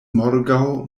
morgaŭ